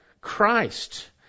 Christ